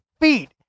feet